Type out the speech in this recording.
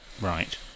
Right